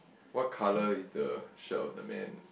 what colour is the shirt of the man